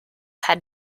had